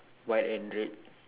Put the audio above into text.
white and red